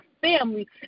family